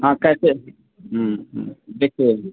हाँ कैसे देखिए